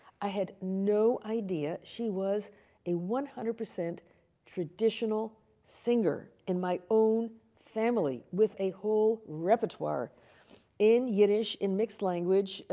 i had no idea she was a one hundred percent traditional singer in my own family with a whole repertoire in yiddish, in mixed language,